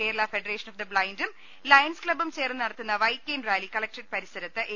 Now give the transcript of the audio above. Kerala federation of the ബളൈൻറും Lions ക്ലബ്ബും ചേർന്ന് നടത്തുന്ന വൈറ്റ് കെയിൻ റാലി കലക്ട്രേറ്റ് പരിസരത്ത് എ